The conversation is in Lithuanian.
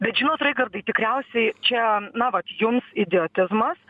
bet žinot raigardai tikriausiai čia na vat jums idiotizmas